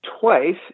twice